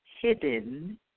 hidden